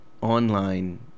online